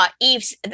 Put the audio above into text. Eve's